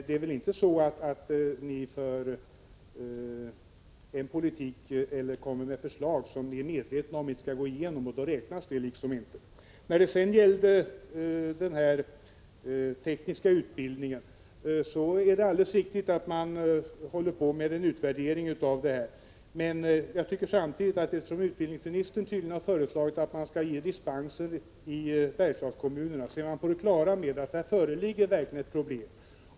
Det är väl inte så att ni kommer med förslag som ni är medvetna om inte skall gå igenom, och att de därför inte skall räknas? Det är alldeles riktigt att man håller på med en utvärdering av den tekniska utbildningen. Men jag tycker samtidigt, eftersom utbildningsministern tydligen har föreslagit att man skall ge dispenser i Bergslagskommunerna, att det verkar som om man är på det klara med att här verkligen föreligger ett problem.